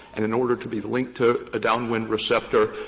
and in order to be linked to a downwind receptor,